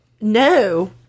No